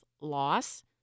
loss